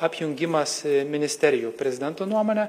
apjungimas ministerijų prezidento nuomone